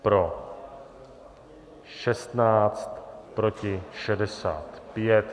Pro 16, proti 65.